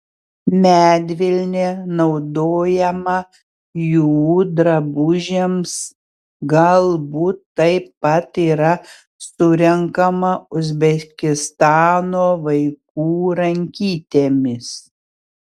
medvilnė naudojama jų drabužiams galbūt taip pat yra surenkama uzbekistano vaikų rankytėmis